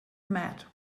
mat